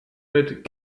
mit